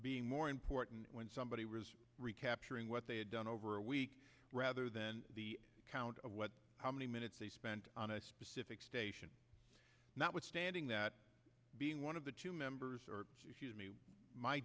being more important when somebody was recapturing what they had done over a week rather than the count of how many minutes they spent on a specific station notwithstanding that being one of the two members or